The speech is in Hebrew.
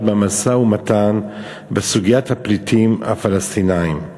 מהמשא-ומתן בסוגיית הפליטים הפלסטינים.